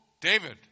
David